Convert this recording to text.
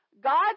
God